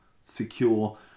secure